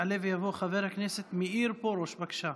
יעלה ויבוא חבר הכנסת מאיר פרוש, בבקשה.